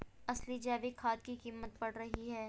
असली जैविक खाद की कीमत बढ़ रही है